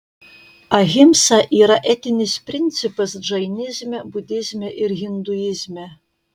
ahimsa yra etinis principas džainizme budizme ir hinduizme